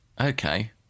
Okay